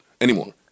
anymore